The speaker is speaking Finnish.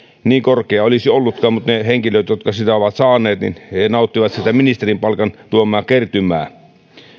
niin korkea mutta ne henkilöt jotka sitä ovat saaneet nauttivat sitä ministerin palkan tuomaa kertymää